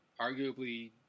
arguably